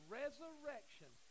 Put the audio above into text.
resurrection